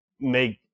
make